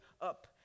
up